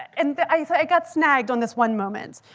and i got snagged on this one moment.